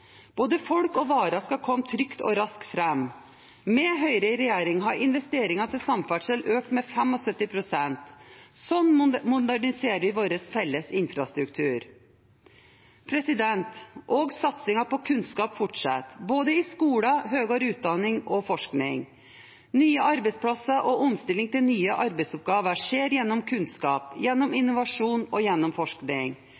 Både folk og varer skal komme trygt og raskt fram. Med Høyre i regjering har investeringene til samferdsel økt med 75 pst. Slik moderniserer vi vår felles infrastruktur. Også satsingen på kunnskap fortsetter, både i skolen, i høyere utdanning og i forskning. Nye arbeidsplasser og omstilling til nye arbeidsoppgaver skjer gjennom kunnskap, gjennom